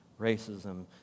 racism